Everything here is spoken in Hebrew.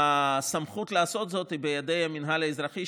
הסמכות לעשות זאת היא בידי המינהל האזרחי,